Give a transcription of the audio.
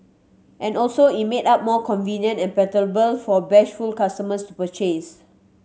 and also it made up more convenient and palatable for bashful customers to purchase